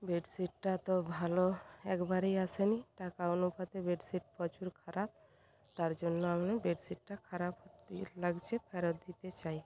বেডশিটটা তো ভালো একেবারেই আসেনি টাকা অনুপাতে বেডশিট প্রচুর খারাপ তার জন্য আমি বেডশিটটা খারাপ লাগছে ফেরত দিতে চাই